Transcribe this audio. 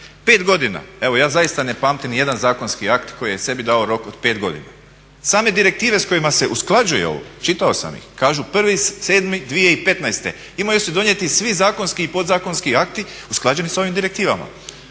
5 godina, evo ja zaista ne pamtim niti jedan zakonski akt koji je sebi dao rok od 5 godina. Same direktive s kojima se usklađuje ovo, čitao sam ih kažu 1.7.2015. imaju se donijeti svi zakonski i podzakonski akti usklađeni sa ovim direktivama.